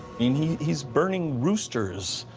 and he's he's burning roosters,